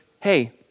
hey